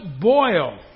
boil